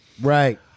right